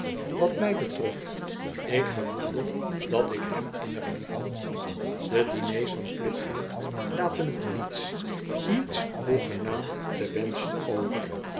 wat mij betrof ik gevoelde dat ik hem innig liefhad de diners van flipfield laten niets niets hoegenaamd te wenschen over